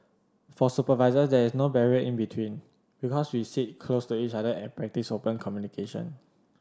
for supervisors there is no barrier in between because we sit close to each other and practice open communication